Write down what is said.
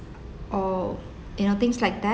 or you know things like that